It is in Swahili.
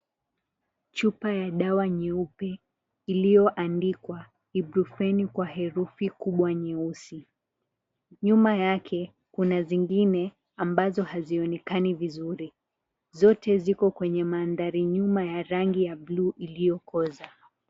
Chupa ya dawa nyeupe iliyo andikwa IBRUFENI kwa herufi kubwa nyeusi. Nyuma yake kuna zingine ambazo hazionekani vizuri. Zote ziko kwenye mandhari nyuma ya rangi ya blue iliyokoza.